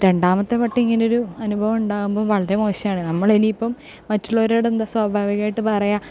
രണ്ടാമത്തെ വട്ടം ഇങ്ങനൊരു അനുഭവം ഉണ്ടാകുമ്പം വളരെ മോശമാണ് നമ്മള് ഇനി ഇപ്പ മറ്റുള്ളവരോട് എന്താ സ്വാഭാവികം ആയിട്ട് പറയുക